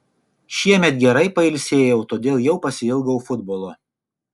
šiemet gerai pailsėjau todėl jau pasiilgau futbolo